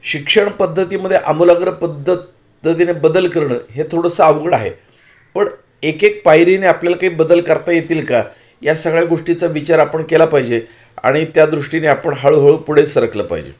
शिक्षण पद्धतीमध्ये आमूलाग्र पद्धतीने बदल करणं हे थोडंसं अवघड आहे पण एक एक पायरीने आपल्याला काही बदल करता येतील का या सगळ्या गोष्टीचा विचार आपण केला पाहिजे आणि त्या दृष्टीने आपण हळूहळू पुढे सरकलं पाहिजे